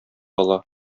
ала